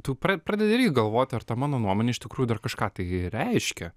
tu pra pradedi irgi galvoti ar ta mano nuomone iš tikrųjų dar kažką tai reiškia